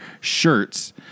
shirts